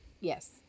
yes